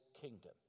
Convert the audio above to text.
kingdom